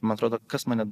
man atrodo kas mane